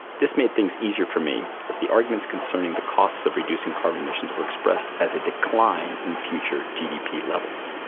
this made things easier for me as the arguments concerning the costs of reducing carbon emissions were expressed as a decline in future gdp levels.